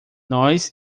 nós